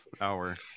hour